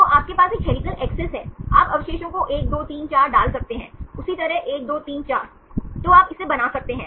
तो आपके पास एक हेलिकल एक्सिस है आप अवशेषों को 1 2 3 4 डाल सकते हैं उसी तरह 1 2 3 4 तो आप इसे बना सकते हैं